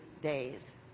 days